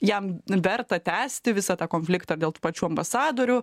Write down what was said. jam verta tęsti visą tą konfliktą dėl pačių ambasadorių